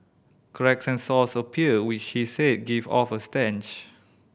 cracks and sores appear which she said give off a stench